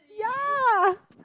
yeah